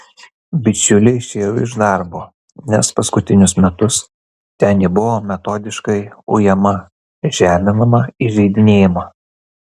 bičiulė išėjo iš darbo nes paskutinius metus ten ji buvo metodiškai ujama žeminama įžeidinėjama